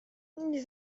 nie